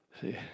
See